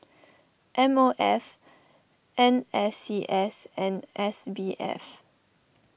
M O F N S C S and S B F